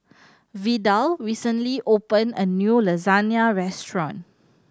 Vidal recently opened a new Lasagna Restaurant